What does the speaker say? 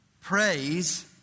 Praise